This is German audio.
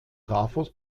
trafos